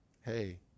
hey